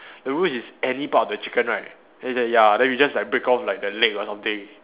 the rules is any part of the chicken right then he say ya then we just like break off like the leg or something